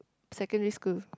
secondary school